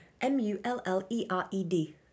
M-U-L-L-E-R-E-D